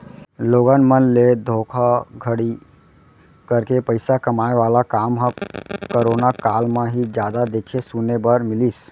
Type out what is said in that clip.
लोगन मन ले धोखाघड़ी करके पइसा कमाए वाला काम ह करोना काल म ही जादा देखे सुने बर मिलिस